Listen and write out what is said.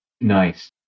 nice